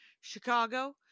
Chicago